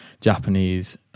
Japanese